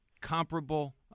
comparable